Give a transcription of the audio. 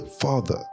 father